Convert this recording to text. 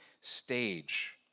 stage